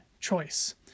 choice